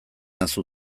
nauzu